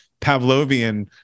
Pavlovian